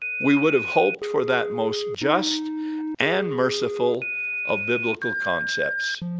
we would have hoped for that most just and merciful of biblical concepts,